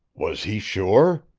was he sure?